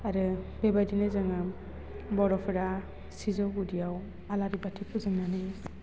आरो बे बायदिनो जोङो बर'फोरा सिजौ गुदियाव आलारि बाथि फोजोंनानै